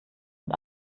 und